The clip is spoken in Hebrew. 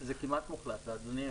אנחנו